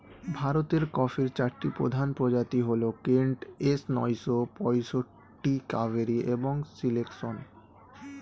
ভারতের কফির চারটি প্রধান প্রজাতি হল কেন্ট, এস নয়শো পঁয়ষট্টি, কাভেরি এবং সিলেকশন